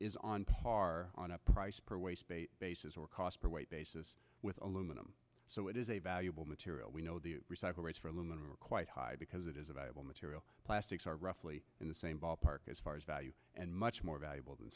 is on par on a price per basis or cost per weight basis with aluminum so it is a valuable material we know the recycle rates for aluminum are quite high because it is a valuable material plastics are roughly in the same ballpark as far as value and much more valuable than